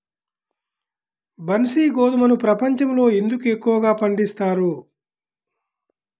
బన్సీ గోధుమను ప్రపంచంలో ఎందుకు ఎక్కువగా పండిస్తారు?